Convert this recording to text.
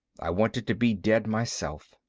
i wanted to be dead myself.